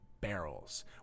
barrels